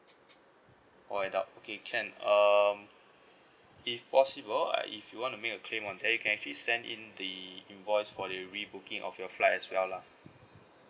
all adult okay can um if possible if you want to make a claim on that you can actually send in the invoice for the re-booking of your flight as well lah